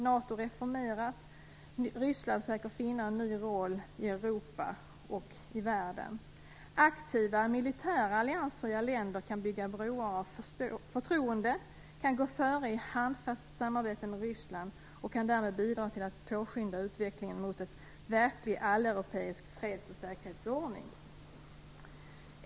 NATO reformeras, Ryssland söker finna en ny roll i Europa och i världen. Aktiva militärt alliansfria länder kan bygga broar av förtroende och kan gå före i handfast samarbete med Ryssland och därmed bidra till att påskynda utvecklingen mot en verklig alleuropeisk freds och säkerhetsordning.